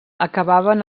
acabaven